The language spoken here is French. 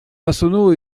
massonneau